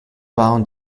bound